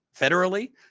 federally